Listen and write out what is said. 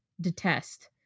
detest